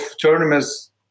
tournaments